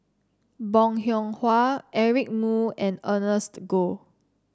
Bong Hiong Hwa Eric Moo and Ernest Goh